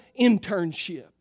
internship